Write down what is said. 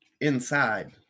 inside